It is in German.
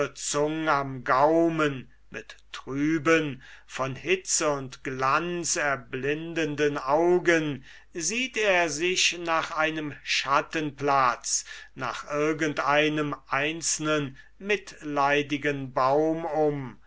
am gaumen mit trüben von hitze und glanz erblindenden augen sieht er sich nach einem schattenplatz nach irgend einem einzelnen mitleidigen baum um